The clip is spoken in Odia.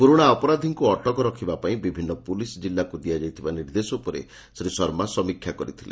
ପୁରୁଣା ଅପରାଧୀଙ୍କୁ ଅଟକ ରଖିବା ପାଇଁ ବିଭିନ୍ନ ପୁଲିସ୍ ଜିଲ୍ଲାକୁ ଦିଆଯାଇଥିବା ନିର୍ଦ୍ଦେଶ ଉପରେ ଶ୍ରୀ ଶର୍ମା ସମୀକ୍ଷା କରିଥିଲେ